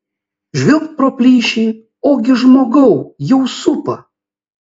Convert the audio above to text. žvilgt pro plyšį ogi žmogau jau supa